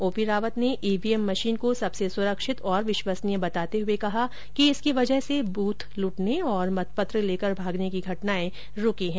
ओ P Rawat ने EVM machine को सबसे सुरक्षित और विश्वसनीय बताते हुये कहा कि इसकी वजह से ब्रथ लूटने और मतपत्र लेकर भागने की घटनाए रूकी है